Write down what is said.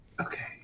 Okay